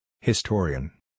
Historian